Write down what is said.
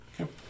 Okay